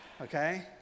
Okay